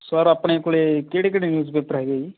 sir ਆਪਣੇ ਕੋਲ ਕਿਹੜੇ ਕਿਹੜੇ ਨਿਊਜ਼ ਪੇਪਰ ਹੈਗੇ ਜੀ